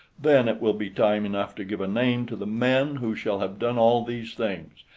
then it will be time enough to give a name to the men who shall have done all these things,